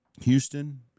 Houston